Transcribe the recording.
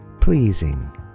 Pleasing